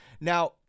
Now